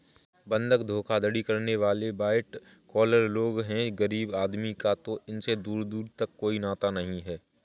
बंधक धोखाधड़ी करने वाले वाइट कॉलर लोग हैं गरीब आदमी का तो इनसे दूर दूर का कोई नाता नहीं है